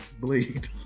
bleed